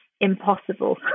impossible